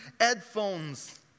headphones